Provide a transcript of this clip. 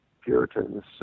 Puritans